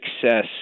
success